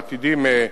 והעתידיות,